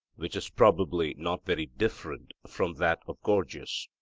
which is probably not very different from that of gorgias?